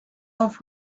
off